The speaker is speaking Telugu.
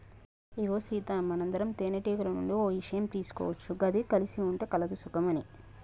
ఇగో సీత మనందరం తేనెటీగల నుండి ఓ ఇషయం తీసుకోవచ్చు గది కలిసి ఉంటే కలదు సుఖం అని